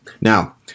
Now